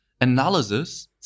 analysis